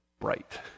bright